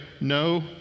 no